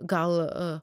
gal a